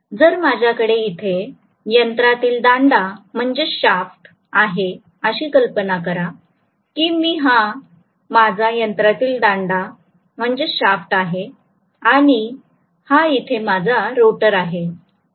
जर माझ्याकडे इथे यंत्रातील दांडा आहे अशी कल्पना करा की हा माझा यंत्रातील दांडा आहे आणि हा इथे माझा रोटर आहे